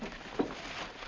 this